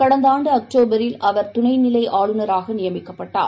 கடந்தஆண்டுஅக்டோபரில் அவர் துணைநிலைஆளுநராகநியமிக்கப்பட்டார்